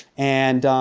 and